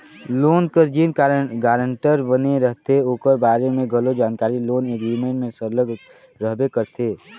loan कर जेन guarantor बने रहथे ओकर बारे में घलो जानकारी लोन एग्रीमेंट में सरलग रहबे करथे